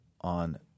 on